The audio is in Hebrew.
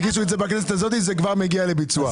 הגישו את זה בכנסת הזאת וזה כבר מגיע לביצוע.